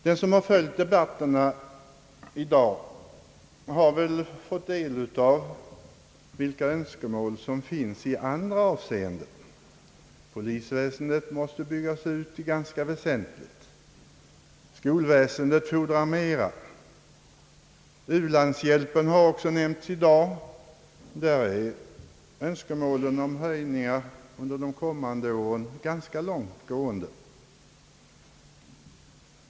Den som följt debatterna i dag har fått en uppfattning om vilka önskemål som förekommer även på andra områden. Polisväsendet måste byggas ut ganska väsentligt, skolväsendet fordrar större insatser, och även beträffande u-landshjälpen, som nämnts i dag, är önskemålen om höjningar under de kommande åren ganska långtgående.